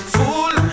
Fool